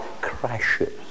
crashes